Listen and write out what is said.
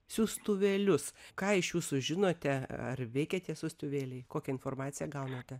siųstuvėlius ką iš jų sužinote ar veikia tie siųstuvėliai kokią informaciją gaunate